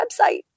website